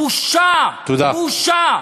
בושה, בושה.